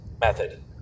method